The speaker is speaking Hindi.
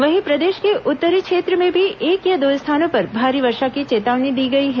वहीं प्रदेश के उत्तरी क्षेत्र में भी एक या दो स्थानों पर भारी वर्षा की चेतावनी दी गई है